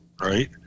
Right